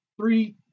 three